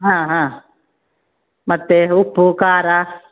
ಹಾಂ ಹಾಂ ಮತ್ತು ಉಪ್ಪು ಖಾರ